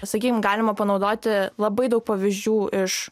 sakykim galima panaudoti labai daug pavyzdžių iš